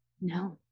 no